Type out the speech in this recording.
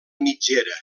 mitgera